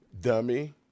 dummy